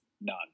none